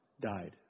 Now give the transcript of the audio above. died